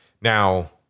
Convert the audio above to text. Now